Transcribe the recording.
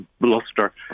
bluster